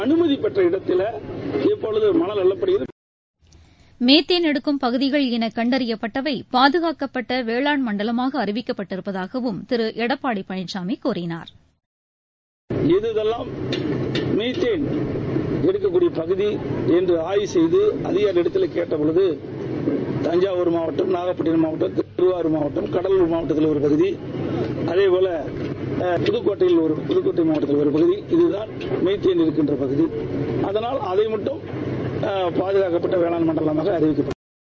அள்ளப்படுகிறது methane எடுக்கும் பகுதிகள் என கண்டறியப்பட்டவை பாதுகாக்கப்பட்ட வேளாண் மண்டலமாக அறிவிக்கப்பட்டருப்பதாகவும் திரு எடப்பாடி பழனிசாமி கூறினார் எதெல்லாம் மீத்கேன் எடுக்க்கடிய பகுதி என்பதை ஆய்வு செய்து அதினரியிடம் கேட்ட போது தஞ்சிவூர் மாவட்டம் நாகப்பட்டினம் மாவட்டம் திருவாரூர் மாவட்டம் உலார் மாவட்டத்தல ஒரு பகுதி அதேபோல புதக்கோட்ட மாவட்டத்துல ஒருபகுதி இதகான் மீத்தேன் எடுக்கின்ற பகுதி அதளால் அதைமட்டும் பாதகாக்கப்பட்ட வேளாண் மண்டலமாக அறிவித்திருக்கிறோம்